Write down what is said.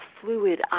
fluid